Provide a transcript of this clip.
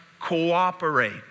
cooperate